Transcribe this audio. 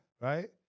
Right